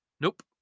Nope